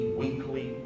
weekly